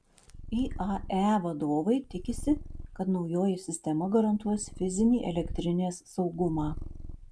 iae vadovai tikisi kad naujoji sistema garantuos fizinį elektrinės saugumą